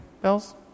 bells